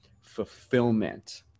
fulfillment